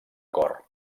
cor